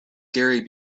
gary